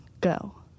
Go